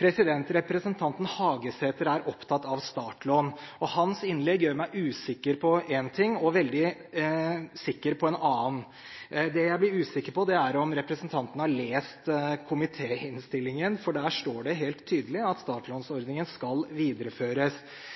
Representanten Hagesæter er opptatt av startlån. Hans innlegg gjør meg usikker på én ting og veldig sikker på en annen. Det jeg blir usikker på, er om representanten har lest komitéinnstillingen, for der står det helt tydelig at startlånsordningen skal videreføres.